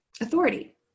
authority